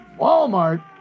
Walmart